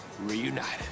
Reunited